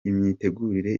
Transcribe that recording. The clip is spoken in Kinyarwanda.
imitegurire